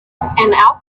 alchemist